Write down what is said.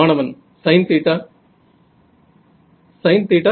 மாணவன் sine theta